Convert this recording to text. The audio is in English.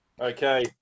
okay